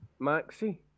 Maxi